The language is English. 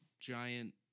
giant